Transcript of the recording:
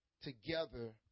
together